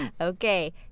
Okay